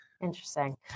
Interesting